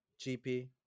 GP